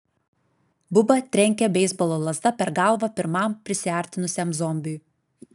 buba trenkė beisbolo lazda per galvą pirmam prisiartinusiam zombiui